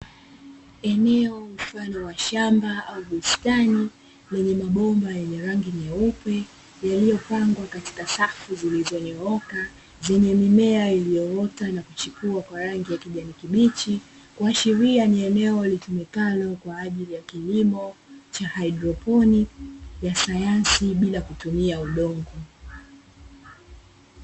Eneo mfano wa shamba au bustani lenye mabomba yenye rangi nyeupe, yaliyopangwa katika safu zilizonyooka zenye mimea iliyoota na kuchipua kwa rangi ya kijani kibichi, kuashiria ni eneo litumikalo kwa ajili ya kilimo cha haidroponi ya sayansi bila kutumia udongo.